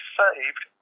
saved